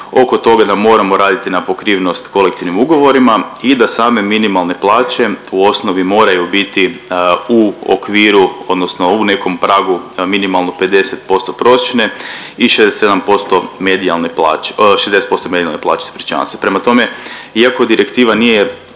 oko toga da moramo raditi na pokrivenost kolektivnim ugovorima i da same minimalne plaće u osnovi moraju biti u okviru odnosno u nekom pragu minimalno 50% prosječne i 67% medijalne plaće, 60% medijalne plaće, ispričavam se. Prema tome, iako direktiva nije,